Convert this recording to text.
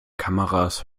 kameras